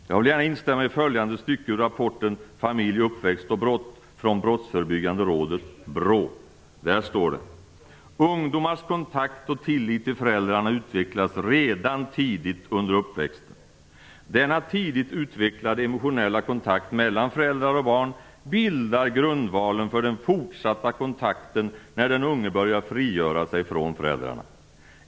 Jag vill gärna instämma i följande stycke ur rapporten "Familj, uppväxt och brott" från Brottsförebyggande rådet, BRÅ: "Ungdomars kontakt och tillit till föräldrarna utvecklas redan tidigt under uppväxten. Denna tidigt utvecklade emotionella kontakt mellan föräldrar och barn bildar grundvalen för den fortsatta kontakten när den unge börjar frigöra sig från föräldrarna.